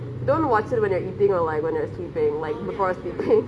don't watch it when you're eating or like when you're sleeping like before sleeping